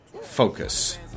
Focus